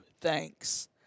thanks